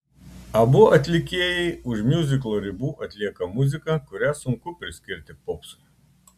abu atlikėjai už miuziklo ribų atlieka muziką kurią sunku priskirti popsui